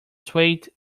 swayed